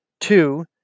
Two